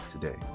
today